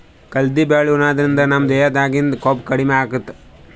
ಕಲ್ದಿ ಬ್ಯಾಳಿ ಉಣಾದ್ರಿನ್ದ ನಮ್ ದೇಹದಾಗಿಂದ್ ಕೊಬ್ಬ ಕಮ್ಮಿ ಆತದ್